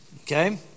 Okay